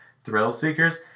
thrill-seekers